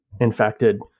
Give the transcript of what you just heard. infected